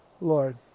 Lord